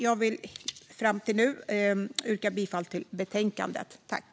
Jag vill yrka bifall till utskottets förslag.